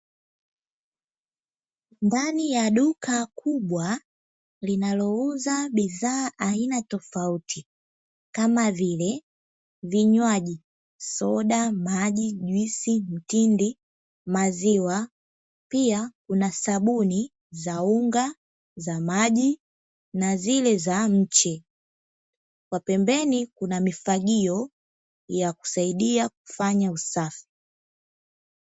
Ndani ya duka kubwa linalouza bidhaa aina tofauti kama vile vinywaji soda, maji, juisi, mtindi, maziwa pia una sabuni za unga, za maji, na zile za mche kwa pembeni kuna mifagio ya kusaidia kufanya usafi.